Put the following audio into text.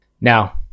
Now